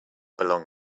belong